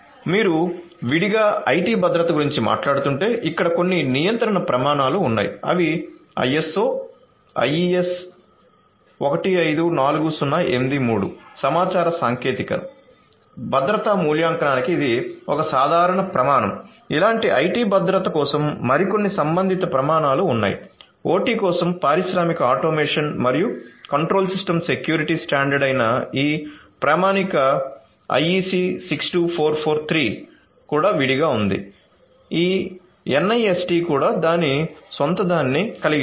మీరు విడిగా ఐటి భద్రత గురించి మాట్లాడుతుంటే అక్కడ కొన్ని నియంత్రణ ప్రమాణాలు ఉన్నాయి అవి ISO IEC 154083 సమాచార సాంకేతిక భద్రతా మూల్యాంకనానికి ఇది ఒక సాధారణ ప్రమాణం ఇలాంటి ఐటి భద్రత కోసం మరికొన్ని సంబంధిత ప్రమాణాలు ఉన్నాయి OT కోసం పారిశ్రామిక ఆటోమేషన్ మరియు కంట్రోల్ సిస్టమ్ సెక్యూరిటీ స్టాండర్డ్ అయిన ఈ ప్రామాణిక ఐఇసి 62443 కూడా దాని స్వంతదానిని కలిగి ఉంది